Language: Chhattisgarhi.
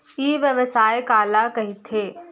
ई व्यवसाय काला कहिथे?